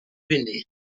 بینی